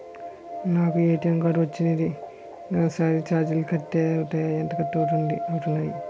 నాకు ATM card వచ్చింది నెలసరి ఛార్జీలు ఎంత కట్ అవ్తున్నాయి?